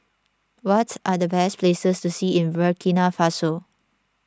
what are the best places to see in Burkina Faso